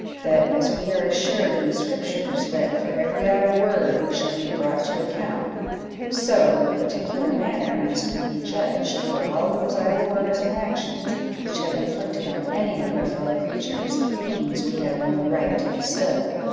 that as we are assured in the scriptures, that for every idle word we shall be brought to account so, in a particular manner, must we be judged for all those idle words and actions which have inflicted on any of our fellow-creatures pains we have no right to bestow,